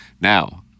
Now